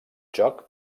joc